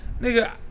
nigga